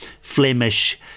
Flemish